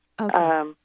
Okay